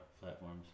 platforms